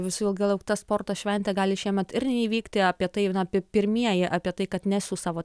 visų ilgai laukta sporto šventė gali šiemet ir neįvykti apie tai na apie pirmieji apie tai kad nesiųs savo